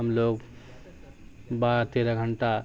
ہم لوگ بارہ تیرہ گھنٹہ